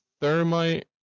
Thermite